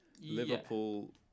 Liverpool